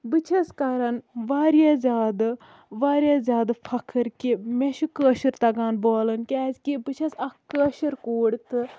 بہٕ چھَس کَران واریاہ زیادٕ واریاہ زیادٕ فخر کہِ مےٚ چھُ کٲشُر تَگان بولُن کیازِ کہِ بہٕ چھَس اکھ کٲشٕر کوٗر تہٕ